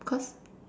cause